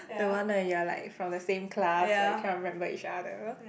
that one that you're like from the same class like can't remember each other